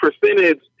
percentage